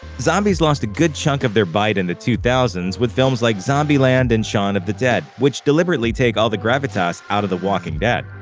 zombies lost a good chunk of their bite in the two thousand s with films like zombieland and shaun of the dead, which deliberately take all the gravitas out of the walking dead.